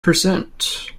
percent